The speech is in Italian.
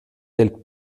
del